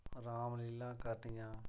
राम लीलां करनियां